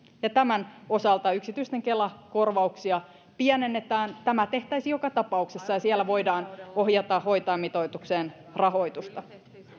ja tämän osalta yksityisten kela korvauksia pienennetään tämä tehtäisiin joka tapauksessa ja siellä voidaan ohjata hoitajamitoitukseen rahoitusta